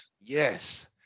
Yes